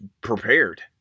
prepared